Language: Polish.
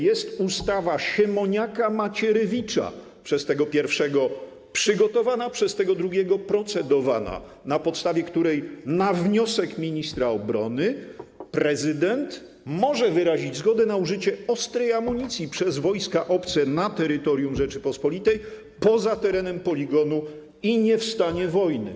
Jest ustawa Siemoniaka i Macierewicza - przez tego pierwszego przygotowana, przez tego drugiego procedowana - na podstawie której na wniosek ministra obrony prezydent może wyrazić zgodę na użycie ostrej amunicji przez obce wojska na terytorium Rzeczypospolitej poza terenem poligonu i nie w stanie wojny.